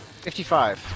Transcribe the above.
55